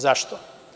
Zašto?